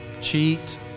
cheat